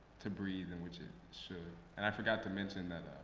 to breathe in which it should. and i forgot to mention that